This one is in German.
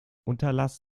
unterlass